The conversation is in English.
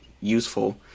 useful